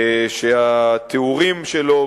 שהתיאורים שלו,